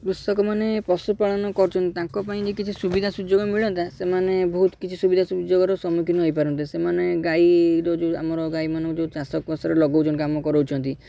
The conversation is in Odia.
କୃଷକମାନେ ପଶୁପାଳନ କରୁଛନ୍ତି ତାଙ୍କ ପାଇଁ କିଛି ସୁବିଧା ସୁଯୋଗ ମିଳନ୍ତା ସେମାନେ ବହୁତ କିଛି ସୁବିଧା ସୁଯୋଗର ସମ୍ମୁଖୀନ ହୋଇପାରନ୍ତେ ସେମାନେ ଗାଈର ଯେଉଁ ଆମର ଗାଈମାନଙ୍କୁ ଯେଉଁ ଚାଷ ଲଗାଉଛନ୍ତି କାମ କରାଉଛନ୍ତି